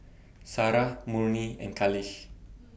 Sarah Murni and Khalish